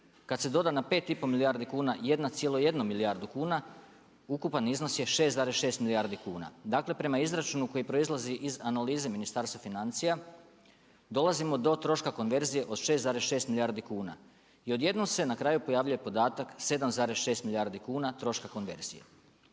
Kad se doda na 5 i pol milijardi kuna 1,1 milijardu kuna ukupan iznos je 6,6 milijardi kuna. Dakle, prema izračunu koji proizlazi iz analize Ministarstva financija dolazimo do troška konverzije od 6,6 milijardi kuna i odjednom se na kraju pojavljuje podatak 7,6 milijardi kuna troška konverzije.